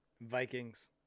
Vikings